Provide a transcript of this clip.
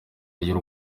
y’u